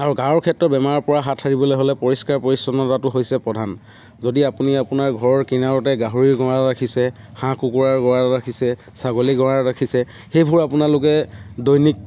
আৰু গাঁৱৰ ক্ষেত্ৰত বেমাৰৰ পৰা হাত সাৰিবলৈ হ'লে পৰিষ্কাৰ পৰিচ্ছন্নতাটো হৈছে প্ৰধান যদি আপুনি আপোনাৰ ঘৰৰ কিনাৰতে গাহৰি গঁৰাল ৰাখিছে হাঁহ কুকুৰাৰ গঁৰাল আছে ৰাখিছে ছাগলীৰ গঁৰাল ৰাখিছে সেইবোৰ আপোনালোকে দৈনিক